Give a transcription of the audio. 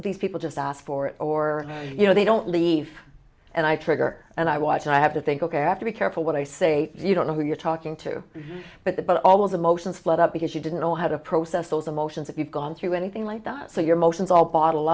these people just asked for it or you know they don't leave and i trigger and i watch and i have to think ok i have to be careful what i say you don't know who you're talking to but the but always emotions flood up because you didn't know how to process those emotions if you've gone through anything like that so your motions all bottle